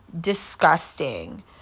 Disgusting